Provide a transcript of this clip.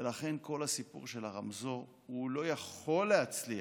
ולכן כל הסיפור של הרמזור לא יכול להצליח,